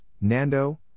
Nando